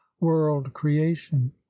world-creation